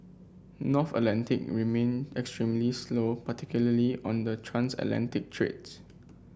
North Atlantic remained extremely slow particularly on the transatlantic trades